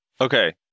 Okay